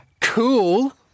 Cool